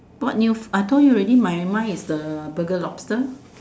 what news I told you already my mind is the Burger lobster